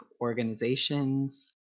organizations